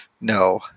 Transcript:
No